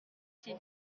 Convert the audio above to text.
ici